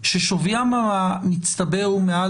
זו המדיניות שלכם, המסננת הזו היא ברף נמוך